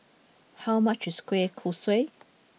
how much is Kueh Kosui